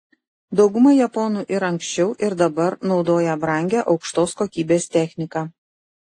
dauguma japonų ir anksčiau ir dabar naudoja brangią aukštos kokybės techniką